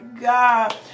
god